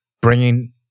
bringing